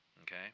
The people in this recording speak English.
okay